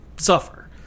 suffer